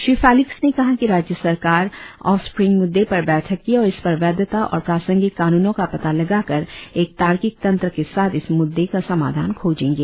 Shri Felix ने कहा कि राज्य सरकार ऑफस्प्रींग मुद्दे पर बैठक की और इस पर वैधता और प्रासंगिक कानूनों का पता लगाकर एक तार्किक तंत्र के साथ इस मुद्दों का समाधान खोजेंगे